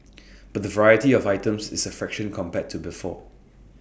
but the variety of items is A fraction compared to before